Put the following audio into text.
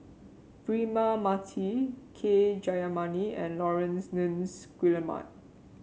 Braema Mathi K Jayamani and Laurence Nunns Guillemard